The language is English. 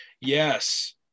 Yes